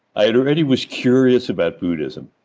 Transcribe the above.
i already was curious about buddhism,